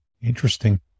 Interesting